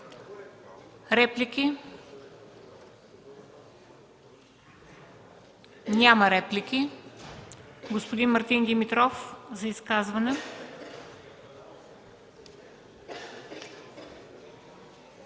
Реплики? Няма. Господин Мартин Димитров – за изказване.